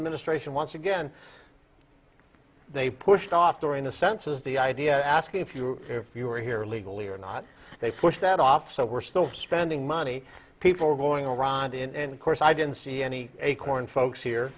administration once again they pushed off during the census the idea asking if you if you were here illegally or not they push that off so we're still spending money people are going around in course i didn't see any acorn folks here